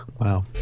Wow